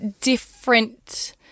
different